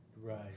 Right